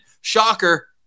shocker